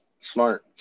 smart